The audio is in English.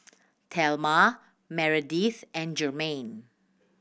Thelma Meredith and Jermaine